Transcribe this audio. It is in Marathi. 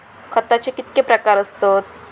खताचे कितके प्रकार असतत?